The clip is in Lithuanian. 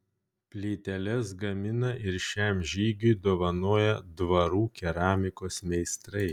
plyteles gamina ir šiam žygiui dovanoja dvarų keramikos meistrai